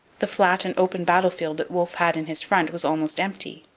the flat and open battlefield that wolfe had in his front was almost empty.